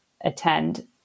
attend